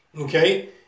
okay